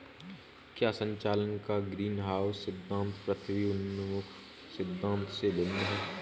क्या संचालन का ग्रीनहाउस सिद्धांत पृथ्वी उन्मुख सिद्धांत से भिन्न है?